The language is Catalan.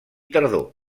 tardor